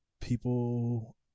people